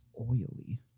oily